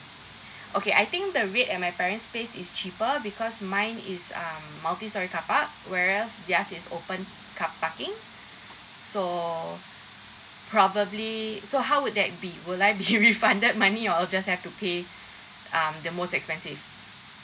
okay I think the rate at my parents place is cheaper because mine is um multi storey carpark whereas theirs is open car parking so probably so how would that be would I be refunded money or I'll just have to pay um the most expensive